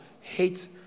hate